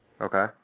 okay